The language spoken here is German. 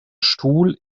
stuhl